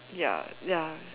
ya ya